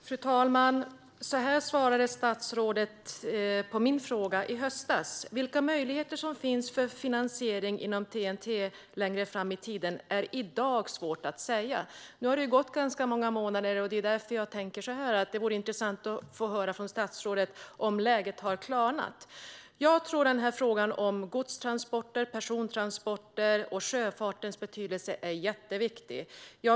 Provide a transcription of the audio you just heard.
Fru talman! Så här svarade statsrådet på min fråga i höstas: Vilka möjligheter som finns för finansiering inom TEN-T längre fram i tiden är i dag svårt att säga. Nu har det gått ganska många månader, och därför vore det intressant att få höra från statsrådet om läget har klarnat. Jag tror att frågan om godstransporter, persontransporter och sjöfartens betydelse är jätteviktig.